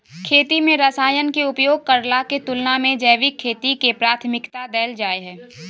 खेती में रसायन के उपयोग करला के तुलना में जैविक खेती के प्राथमिकता दैल जाय हय